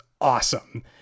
awesome